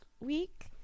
week